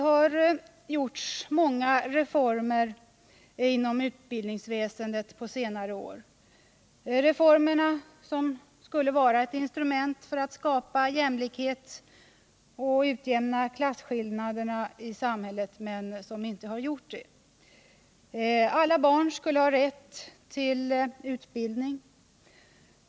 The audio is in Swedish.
Många reformer har gjorts inom utbildningsväsendet på senare år. Re formerna skulle vara ett instrument för att skapa jämlikhet och utjämna klasskillnaderna i samhället men har inte gjort det. Alla barn skulle ha rätt till utbildning.